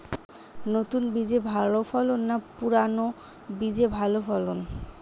নতুন বীজে ভালো ফলন না পুরানো বীজে ভালো ফলন?